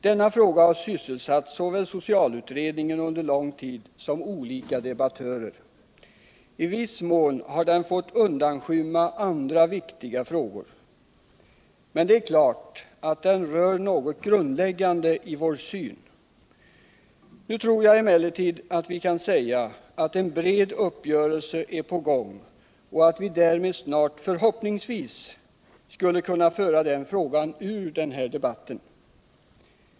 Denna fråga har sysselsatt såväl socialutredningen under lång tid som olika debattörer. I viss mån har den fått undanskymma andra viktiga frågor. Men det är klart att den rör något grundläggande i vår syn. Nu tror jag emellertid att vi kan säga att en bred uppgörelse är på gång och att vi därmed snart förhoppningsvis skulle kunna föra den frågan ur debatten.